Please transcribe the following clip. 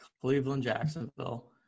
Cleveland-Jacksonville